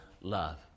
love